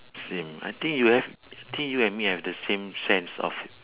same I think you have I think you and me have the same sense of